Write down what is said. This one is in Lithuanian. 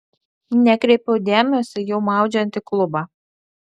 nekreipiau dėmesio į jau maudžiantį klubą